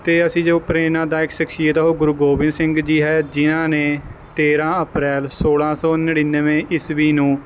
ਅਤੇ ਅਸੀਂ ਜੋ ਪ੍ਰੇਰਨਾਦਾਇਕ ਸ਼ਖਸ਼ੀਅਤ ਹੈ ਉਹ ਗੁਰੂ ਗੋਬਿੰਦ ਸਿੰਘ ਜੀ ਹੈ ਜਿਹਨਾਂ ਨੇ ਤੇਰ੍ਹਾਂ ਅਪ੍ਰੈਲ ਸੋਲਾਂ ਸੌ ਨੜ੍ਹਿਨਵੇਂ ਈਸਵੀ ਨੂੰ